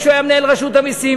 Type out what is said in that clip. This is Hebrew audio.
כשהוא היה מנהל רשות המסים,